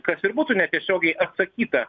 kas ir būtų netiesiogiai atsakyta